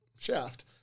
shaft